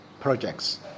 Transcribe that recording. projects